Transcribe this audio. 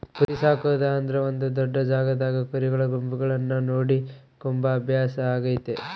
ಕುರಿಸಾಕೊದು ಅಂದ್ರ ಒಂದು ದೊಡ್ಡ ಜಾಗದಾಗ ಕುರಿಗಳ ಗುಂಪುಗಳನ್ನ ನೋಡಿಕೊಂಬ ಅಭ್ಯಾಸ ಆಗೆತೆ